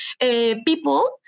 People